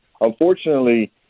unfortunately